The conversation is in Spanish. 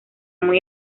muy